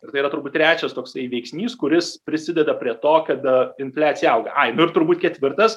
ir tai yra turbūt trečias toksai veiksnys kuris prisideda prie to kad infliacija auga ai nu ir turbūt ketvirtas